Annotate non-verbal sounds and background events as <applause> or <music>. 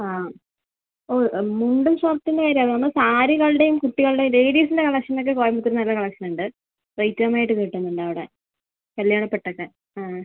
ആ ഓ മുണ്ടും ഷർട്ടിന്റേയും കാര്യമല്ല പറഞ്ഞത് സാരികളു ടേയും കുട്ടികളുടേയും ലേഡീസിൻ്റെ കളക്ഷനൊക്കെ കോയമ്പത്തൂരിൽ നല്ല കളക്ഷനുണ്ട് <unintelligible> കിട്ടുന്നുണ്ടവിടെ കല്യാണപ്പട്ടൊക്കെ ആ